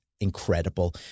incredible